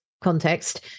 context